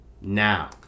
now